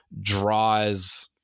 draws